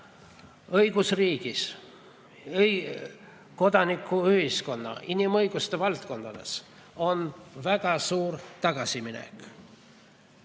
Õigusriigi, kodanikuühiskonna, inimõiguste valdkonnas on väga suur tagasiminek.Me